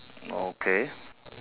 okay